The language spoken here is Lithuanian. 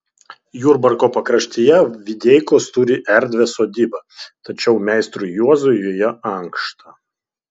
jurbarko pakraštyje videikos turi erdvią sodybą tačiau meistrui juozui joje ankšta